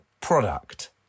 product